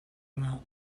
ngah